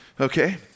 Okay